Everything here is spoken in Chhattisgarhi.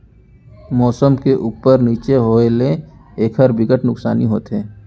मउसम के उप्पर नीचे होए ले एखर बिकट नुकसानी होथे